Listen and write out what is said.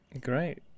great